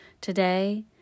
Today